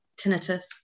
tinnitus